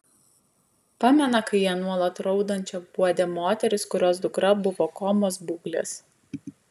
pamena kai ją nuolat raudančią guodė moteris kurios dukra buvo komos būklės